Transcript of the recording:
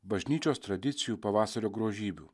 bažnyčios tradicijų pavasario grožybių